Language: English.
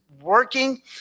working